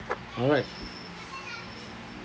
alright